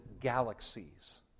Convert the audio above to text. galaxies